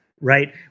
right